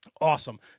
awesome